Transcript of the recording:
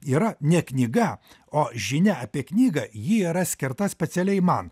yra ne knyga o žinia apie knygą ji yra skirta specialiai man